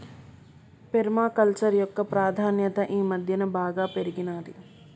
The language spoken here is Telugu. పేర్మ కల్చర్ యొక్క ప్రాధాన్యత ఈ మధ్యన బాగా పెరిగినాది